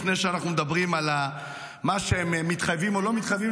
לפני שאנחנו מדברים על מה שאנו מתחייבים או לא מתחייבים,